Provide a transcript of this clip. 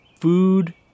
food